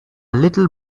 little